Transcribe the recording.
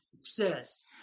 success